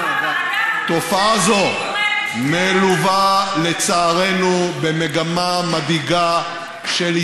לא נכון, אפילו הוועדה הממשלתית אומרת שזה לא